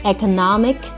Economic